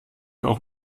auch